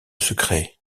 secret